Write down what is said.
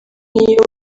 iyo